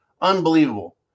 Unbelievable